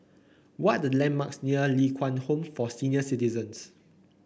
what are the landmarks near Ling Kwang Home for Senior Citizens